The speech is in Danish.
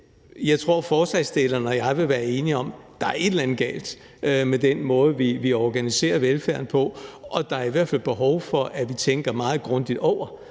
jeg tror, at forslagsstillerne og jeg vil være enige om, at der er et eller andet galt med den måde, vi organiserer velfærden på, og der er i hvert fald behov for, at vi tænker meget grundigt over,